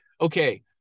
okay